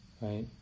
right